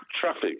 traffic